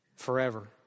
forever